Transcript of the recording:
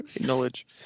knowledge